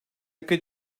ülke